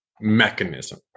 mechanism